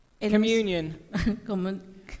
Communion